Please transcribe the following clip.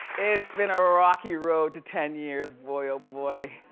it's been a rocky road to ten years, boy oh boy.